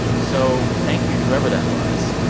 so thank you to whoever that was.